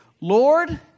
Lord